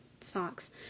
socks